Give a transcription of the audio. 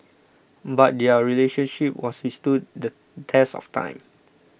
but their relationship was withstood the test of time